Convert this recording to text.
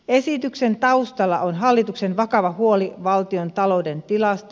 esityksen taustalla on hallituksen vakava huoli valtiontalouden tilasta